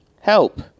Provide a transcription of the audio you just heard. help